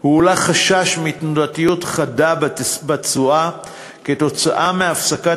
הועלה חשש מתנודתיות חדה בתשואה כתוצאה מהפסקת